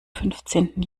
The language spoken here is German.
fünfzehnten